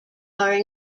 are